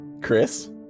Chris